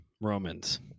Romans